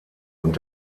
und